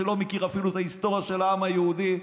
שלא מכיר אפילו את ההיסטוריה של העם היהודי,